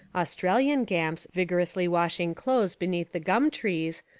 aus tralian gamps vigorously washing clothes be neath the gum trees,